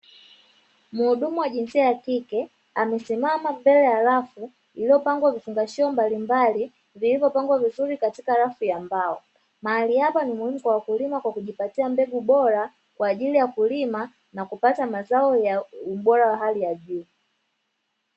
Muhudumu wa jinsia ya kike amesimama mbele ya rafu iliyopangwa vifungashio mbalimbali vilivyopangwa vizuri katika rafu ya mbao. Mahali hapa ni muhimu kwa wakulima kijipatia mbegu bora kwaajili ya kulima na kupata mazao ya ubora wa hali ya juu.